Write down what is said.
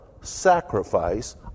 sacrifice